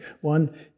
One